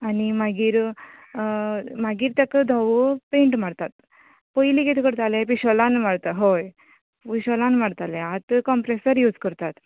आनी मागीर मागीर तेका धवो पेंट मारतात पयली किदे करताले पीशॉलान मारता हय पिशॉलान मारताले आता कॉम्प्रॅसर युज करतात